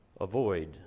avoid